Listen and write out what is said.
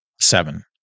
seven